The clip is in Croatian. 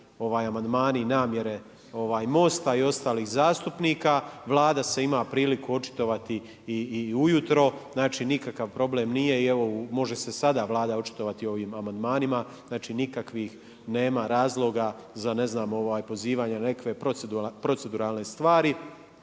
amandmani i namjere MOST-a i ostalih zastupnika. Vlada se ima priliku očitovati i u jutro. Znači, nikakav problem nije. I evo može se sada Vlada očitovati o ovim amandmanima, znači nikakvih nema razloga za ne znam pozivanje nekakve proceduralne stvari.